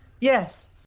Yes